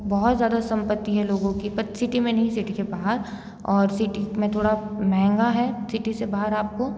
बहुत ज़्यादा सम्पत्ति है लोगों की पर सिटी में नहीं सिटी के बाहर और सिटी में थोड़ा महँगा है सिटी से बाहर आपको